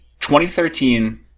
2013